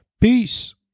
Peace